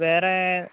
വേറേ